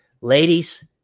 Ladies